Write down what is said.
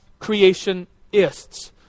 creationists